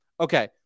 okay